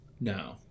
no